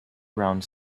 around